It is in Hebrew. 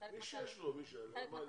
מי שיש לו, יש לו.